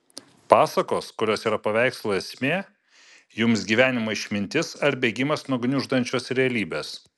pasakos kurios yra paveikslų esmė jums gyvenimo išmintis ar bėgimas nuo gniuždančios realybės